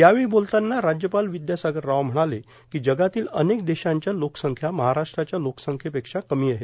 या वेळी बोलताना राज्यपाल विदयासागर राव म्हणाले कों जगातील अनेक देशांच्या लोकसंख्या महाराष्ट्राच्या लोकसंख्येच्या पेक्षा कमी आहेत